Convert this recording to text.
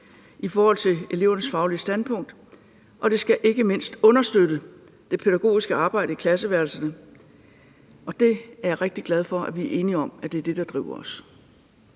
i forhold til elevernes faglige standpunkt, og det skal ikke mindst understøtte det pædagogiske arbejde i klasseværelserne. Og det er jeg rigtig glad for at vi er enige om er det, der driver os.